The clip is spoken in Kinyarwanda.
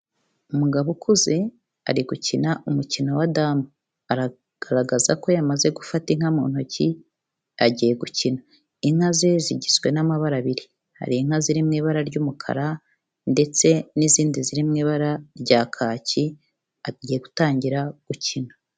Umugabo ukuze, ari gukina umukino wa damu, aragaragaza ko yamaze gufata inka mu ntoki, agiye gukina, inka ze zigizwe n'amabara abiri, hari inka ziri mu ibara ry'umukara ndetse n'izindi ziri mu ibara rya kaki, agiye gutangira gukina.